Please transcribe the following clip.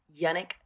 Yannick